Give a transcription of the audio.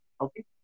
Okay